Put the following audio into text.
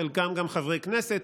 חלקם גם חברי כנסת,